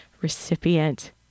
recipient